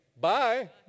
Bye